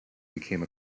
became